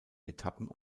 etappen